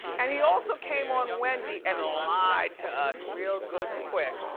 and he also came on wendy and lied to us real good and quick.